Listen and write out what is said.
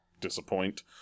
disappoint